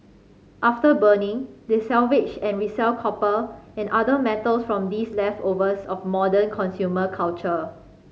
after burning they salvage and resell copper and other metals from these leftovers of modern consumer culture